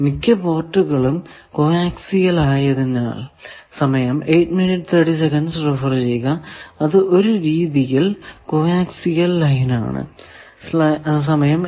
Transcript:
മിക്ക പോർട്ടുകളും coaxial ആയതിനാൽ അത് ഒരു രീതിയിൽ കോ ആക്സിയൽ ലൈൻ ആണ്